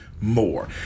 more